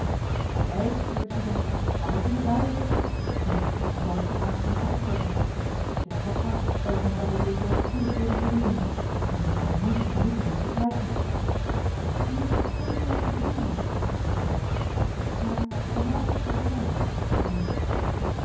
ei zeide suzanna mag ik er niet bij wezen nu dan zal ik zoo aanstonds maar optrekken t is toch hard dat ik mijn cavalier zoo spoedig weder verliezen moet men heeft al moeite genoeg om hem te krijgen neen dat is juist de bedoeling niet zeide tante maar van avond of morgen